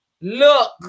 Look